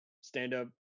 stand-up